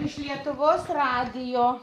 iš lietuvos radijo